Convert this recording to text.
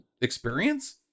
experience